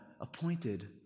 appointed